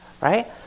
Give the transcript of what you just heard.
right